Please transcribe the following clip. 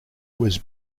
was